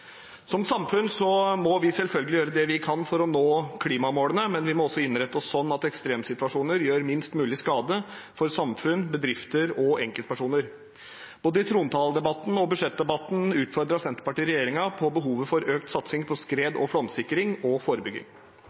Som samfunn må vi selvfølgelig gjøre det vi kan for å nå klimamålene, men vi må også innrette oss slik at ekstremsituasjoner gjør minst mulig skade for samfunn, bedrifter og enkeltpersoner. Både i trontaledebatten og i budsjettdebatten utfordret Senterpartiet regjeringen på behovet for økt satsing på skred- og flomsikring og